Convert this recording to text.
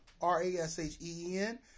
R-A-S-H-E-E-N